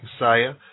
Messiah